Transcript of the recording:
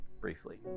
briefly